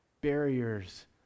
barriers